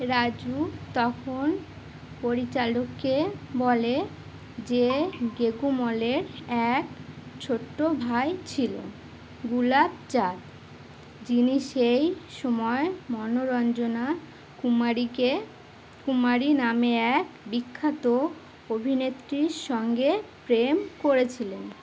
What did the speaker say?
রাজু তখন পরিচালককে বলে যে গেগুমলের এক ছোট্টো ভাই ছিলো গুলাব চাঁদ যিনি সেই সময় মনোরঞ্জনা কুমারীকে কুমারী নামে এক বিখ্যাত অভিনেত্রীর সঙ্গে প্রেম করেছিলেন